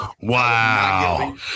Wow